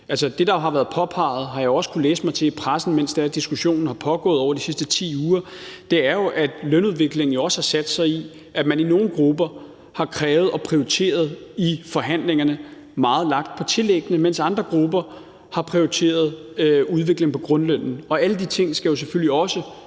Det, der har været påpeget – det har jeg også kunnet læse mig til i pressen, mens diskussionen har pågået over de sidste 10 uger – er jo, at lønudviklingen også har sat sig i, at man i nogle grupper i forhandlingerne har krævet og prioriteret, at det meget blev lagt an på tillæggene, mens man i andre grupper har prioriteret udviklingen i grundlønnen. Alle de ting skal jo selvfølgelig også